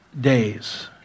days